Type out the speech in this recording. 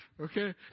Okay